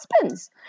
husbands